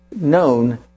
known